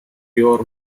pure